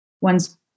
one's